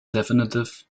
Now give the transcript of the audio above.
definitive